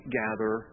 gather